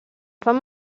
fan